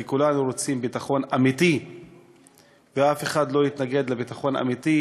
כי כולנו רוצים ביטחון אמיתי ואף אחד לא התנגד לביטחון אמיתי,